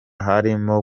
harimo